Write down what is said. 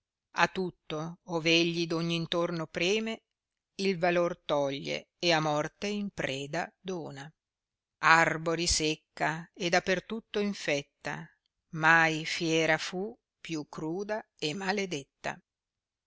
a tutto ov egli d ogn intorno preme il valor toglie e a morte in preda dona arbori secca e da per tutto infetta mai fiera fu più cruda e maladetta